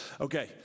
Okay